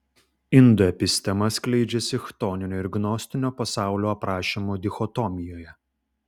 indų epistema skleidžiasi chtoninio ir gnostinio pasaulio aprašymų dichotomijoje